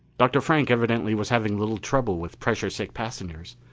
dr. frank evidently was having little trouble with pressure sick passengers.